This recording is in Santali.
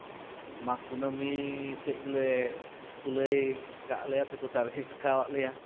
ᱢᱟᱜᱽ ᱠᱩᱱᱟᱹᱢᱤ ᱥᱮᱫ ᱜᱮᱞᱮ ᱠᱚ ᱞᱟᱹᱭ ᱠᱟᱜ ᱞᱮᱭᱟ ᱥᱮᱠᱚ ᱴᱟᱨᱜᱮᱴ ᱠᱟᱜ ᱞᱮᱭᱟ